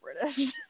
british